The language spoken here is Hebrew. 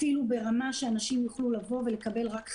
אפילו ברמה שאנשים יוכלו לבוא ולקבל רק חדר,